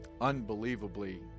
unbelievably